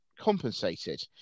compensated